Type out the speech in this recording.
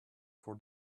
for